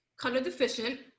color-deficient